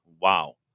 wow